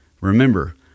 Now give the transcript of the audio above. Remember